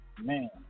man